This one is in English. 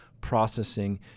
processing